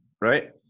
right